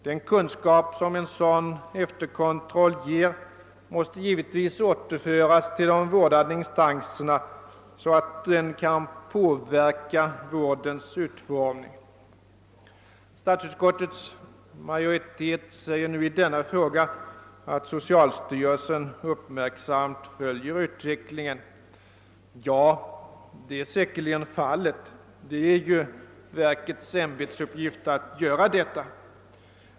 Den kunskap som en sådan efterkontroll ger måste givetvis återföras till de vårdande instanserna, så att den kan påverka vårdens utformning. Statsutskottets majoritet skriver i det hänseendet att socialstyrelsen uppmärksamt följer utvecklingen. Ja, det är säkerligen fallet. Det är ju verkets ämbetsuppgift att göra det.